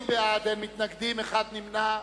80 בעד, אין מתנגדים, אחד נמנע.